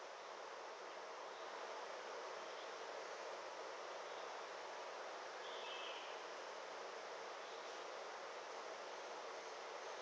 uh